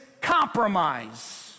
compromise